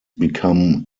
become